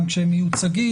גם כשהם מיוצגים.